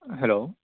hello